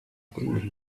couldn’t